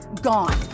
gone